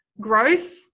growth